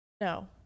no